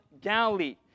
Galilee